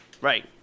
right